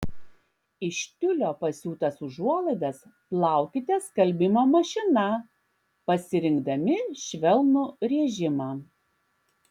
iš tiulio pasiūtas užuolaidas plaukite skalbimo mašina pasirinkdami švelnų režimą